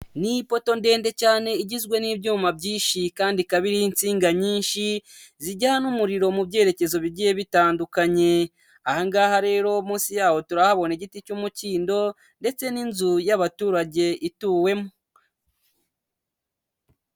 Ni ipoto ndende cyane igizwe n'ibyuma byinshi kandi ikaba iriho insinga nyinshi, zijyana umuriro mu byerekezo bigiye bitandukanye, aha ngaha rero munsi yaho turahabona igiti cy'umukindo ndetse n'inzu y'abaturage ituwemo.